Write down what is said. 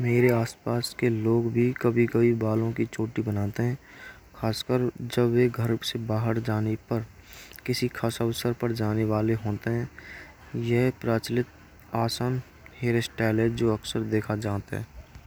मेरे आस पास के लोग भी चोटीया बनाते हैं। जब वे सामान्य रूप से बाहर जाने पर किसी खास अवसर पर होते हैं। यह प्रचलित आसान हेयरस्टाइल है। जो अक्सर देखा जाता है।